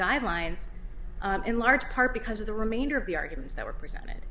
guidelines in large part because of the remainder of the arguments that were presented